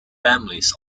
families